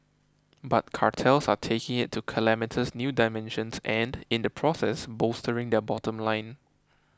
but cartels are taking it to calamitous new dimensions and in the process bolstering their bottom line